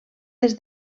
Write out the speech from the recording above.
des